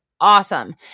awesome